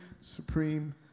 supreme